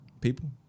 People